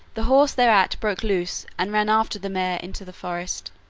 the horse thereat broke loose and ran after the mare into the forest,